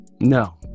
No